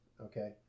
okay